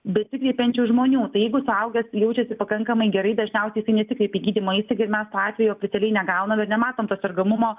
besikreipiančių žmoniųtai jeigu suaugęs jaučiasi pakankamai gerai dažniausiai jisai nesikreipia gydymo įstaigą ir mes to atvejo oficialiai negaunam ir nematom to sergamumo